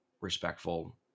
respectful